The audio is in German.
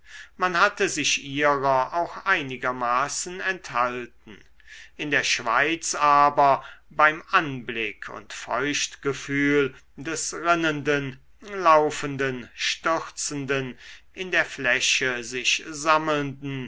man hatte sich ihrer auch einigermaßen enthalten in der schweiz aber beim anblick und feuchtgefühl des rinnenden laufenden stürzenden in der fläche sich sammelnden